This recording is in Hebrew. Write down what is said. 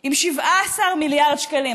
עם 17 מיליארד שקלים.